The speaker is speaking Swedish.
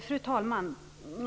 Fru talman!